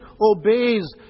obeys